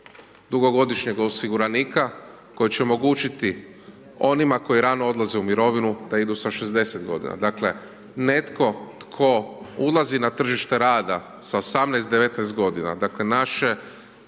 dugogodišnjeg osiguranika koji će omogućiti onima koji rano odlaze u mirovinu da idu sa 60. g. Dakle netko tko ulazi na tržište rada sa 18, 19 g. dakle naše